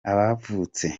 abavutse